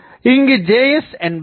இங்கு Js என்பது என்ன